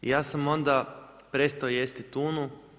Ja sam onda prestao jesti tunu.